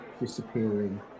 disappearing